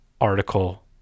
article